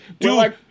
dude